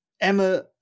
Emma